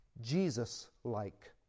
Jesus-like